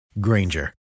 Granger